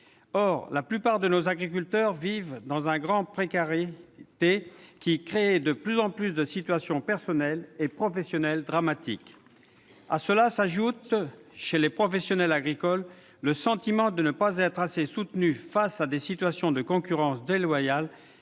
Or la plupart de nos agriculteurs vivent dans une grande précarité, qui crée de plus en plus de situations personnelles et professionnelles dramatiques. À cela s'ajoute, chez les professionnels agricoles, le sentiment de ne pas être assez soutenus face aux pratiques de concurrence déloyale